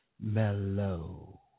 mellow